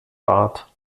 bart